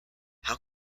how